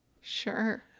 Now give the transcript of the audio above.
Sure